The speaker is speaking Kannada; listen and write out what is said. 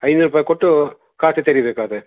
ಐನೂರು ರೂಪಾಯಿ ಕೊಟ್ಟು ಖಾತೆ ತೆರಿಬೇಕಾದರೆ